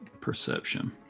perception